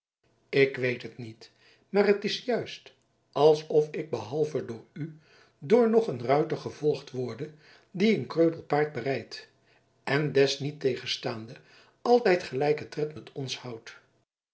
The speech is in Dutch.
ik weet het niet maar het is juist alsof ik behalve door u door nog een ruiter gevolgd worde die een kreupel paard berijdt en desniettegenstaande altijd gelijken tred met ons houdt